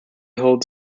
holds